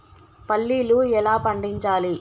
పల్లీలు ఎలా పండించాలి?